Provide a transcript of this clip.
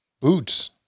boots